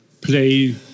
play